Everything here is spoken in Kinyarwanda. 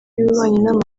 y’ububanyi